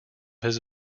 his